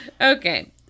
Okay